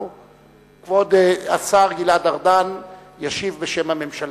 כבוד השר גלעד ארדן ישיב בשם הממשלה.